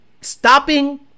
stopping